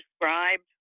described